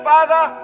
Father